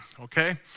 okay